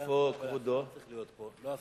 השר התורן היה צריך להיות פה, לא הסגן.